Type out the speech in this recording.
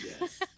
yes